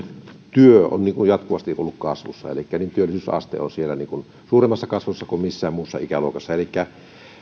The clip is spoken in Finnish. työ on jatkuvasti ollut kasvussa elikkä työllisyysaste on siellä suuremmassa kasvussa kuin missään muussa ikäluokassa elikkä